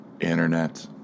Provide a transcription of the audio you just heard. internet